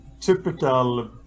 typical